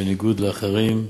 בניגוד לאחרים,